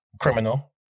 Criminal